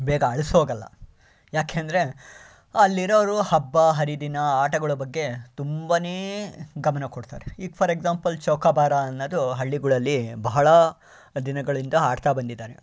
ಬೇಗ ಅಳಿಸೋಗಲ್ಲ ಏಕೆಂದರೆ ಅಲ್ಲಿರೋರು ಹಬ್ಬ ಹರಿದಿನ ಆಟಗಳ ಬಗ್ಗೆ ತುಂಬನೇ ಗಮನ ಕೊಡ್ತಾರೆ ಈಗ ಫಾರ್ ಎಕ್ಸಾಂಪಲ್ ಚೌಕಾಬಾರ ಅನ್ನೋದು ಹಳ್ಳಿಗಳಲ್ಲಿ ಬಹಳ ದಿನಗಳಿಂದ ಆಡ್ತಾ ಬಂದಿದ್ದಾರೆ